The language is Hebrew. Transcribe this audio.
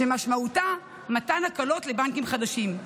שמשמעותה מתן הקלות לבנקים חדשים.